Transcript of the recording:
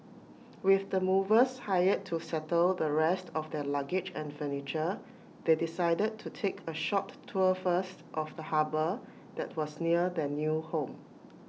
with the movers hired to settle the rest of their luggage and furniture they decided to take A short tour first of the harbour that was near their new home